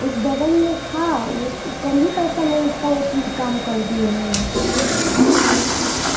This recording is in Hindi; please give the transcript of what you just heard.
एक बगल में था वह ओ कम ही पैसा में उसका वकील काम कर दिया है मैम थोड़ा मेरा कोशिश